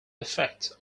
effect